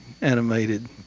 animated